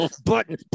button